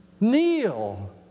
kneel